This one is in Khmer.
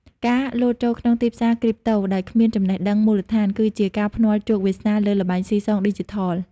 ការលោតចូលក្នុងទីផ្សារគ្រីបតូ ដោយគ្មានចំណេះដឹងមូលដ្ឋាន គឺជាការភ្នាល់ជោគវាសនាលើល្បែងស៊ីសងឌីជីថល។